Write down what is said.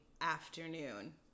afternoon